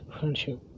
Friendship